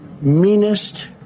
meanest